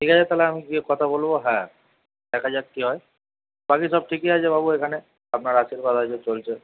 ঠিক আছে তাহলে আমি গিয়ে কথা বলবো হ্যাঁ দেখা যাক কি হয় বাকি সব ঠিকই আছে বাবু এখানে আপনার আশীর্বাদ আছে চলছে